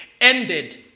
ended